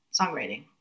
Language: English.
songwriting